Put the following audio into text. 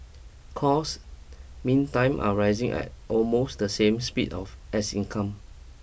costs meantime are rising at almost the same speed of as income